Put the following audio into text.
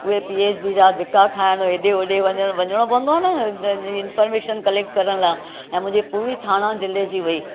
उहे P H D जा धिका खाइण हेॾे होॾे वञनि वञिणो पवंदो आहे न इन्फोर्मशन कलेक्ट करण लाइ ऐं मुंहिंजी पूरी थाणा ज़िले जी हुई